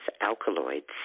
alkaloids